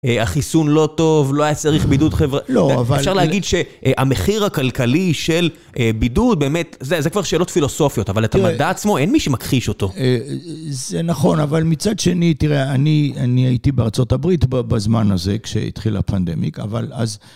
החיסון לא טוב, לא היה צריך בידוד חבר... לא, אבל... אפשר להגיד שהמחיר הכלכלי של בידוד, באמת, זה זה כבר שאלות פילוסופיות, אבל את המדע עצמו, אין מי שמכחיש אותו. זה נכון, אבל מצד שני, תראה, אני אני הייתי בארה״ב בזמן הזה, כשהתחיל הפנדמיק, אבל אז...